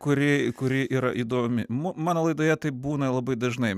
kuri kuri yra įdomi mano laidoje taip būna labai dažnai